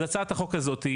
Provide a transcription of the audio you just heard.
אז הצעת החוק הזאת,